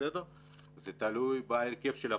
זה תלוי בהרכב של הפורשים,